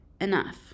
enough